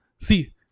see